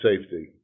safety